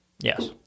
Yes